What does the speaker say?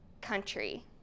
country